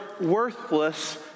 worthless